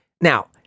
Now